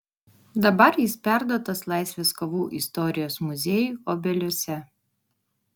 dabar jis perduotas laisvės kovų istorijos muziejui obeliuose